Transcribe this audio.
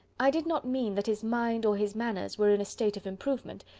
i did not mean that his mind or his manners were in a state of improvement,